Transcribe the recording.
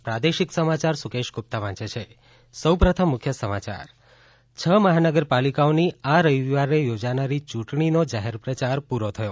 પ્રાદેશિક સમાયાર સુકેશ ગુપ્તા વાંચાછા ે છ મહાનગરપાલિકાઓની આ રવિવારે યોજાનારી યૂંટણીનો જાહેર પ્રચાર પૂરો થયો